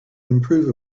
improve